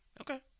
Okay